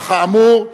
וכאמור,